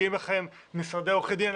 אולי כשמגיעים משרדי עורכי דין,